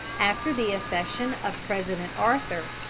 after the accession of president arthur,